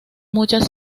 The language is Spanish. muchas